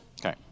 Okay